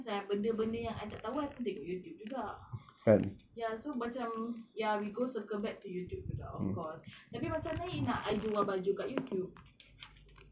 benda-benda yang I tak tahu I pun tengok youtube juga ya so macam ya because so come back to youtube juga of course tapi macam mana eh you nak jual baju dekat youtube